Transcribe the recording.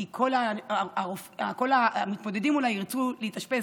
כי כל המתמודדים אולי ירצו להתאשפז